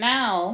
Now